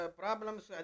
problems